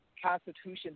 Constitution